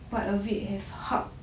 which part of it have hulk